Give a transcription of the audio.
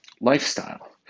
lifestyle